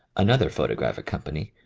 another photo graphic company,